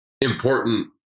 important